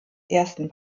ersten